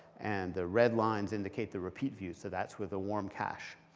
and the red lines indicate the repeat view, so that's with a warm cache.